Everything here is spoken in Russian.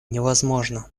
невозможно